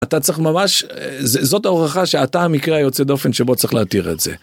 אתה צריך ממש, זאת ההוכחה שאתה המקרה היוצא דופן שבו צריך להתיר את זה.